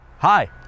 Hi